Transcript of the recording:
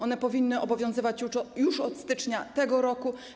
One powinny obowiązywać już od stycznia tego roku.